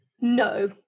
No